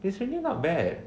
actually not bad